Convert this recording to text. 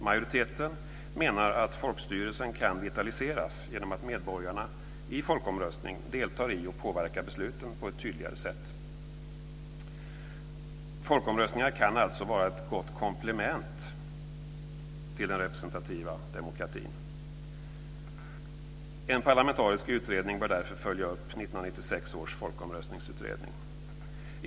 Majoriteten menar att folkstyrelsen kan vitaliseras genom att medborgarna i folkomröstning deltar i och påverkar besluten på ett tydligare sätt. Folkomröstningar kan alltså vara ett gott komplement till den representativa demokratin. En parlamentarisk utredning bör därför följa upp 1996 års folkomröstningsutredning.